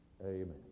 Amen